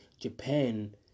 Japan